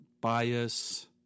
bias